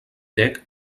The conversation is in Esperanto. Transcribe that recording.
dek